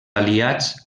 aliats